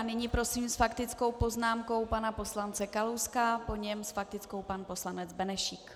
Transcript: Nyní prosím s faktickou poznámkou pana poslance Kalouska, po něm s faktickou pan poslanec Benešík.